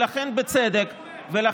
מה אתה אומר.